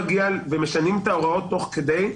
ומשנים את ההוראות תוך כדי.